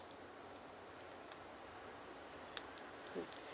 mm